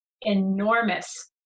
enormous